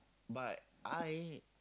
but I